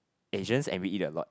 Asians and we eat a lot